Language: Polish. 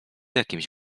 jakimś